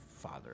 father